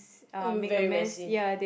um very messy